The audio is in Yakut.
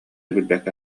билбэккэ